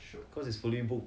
cause it's fully booked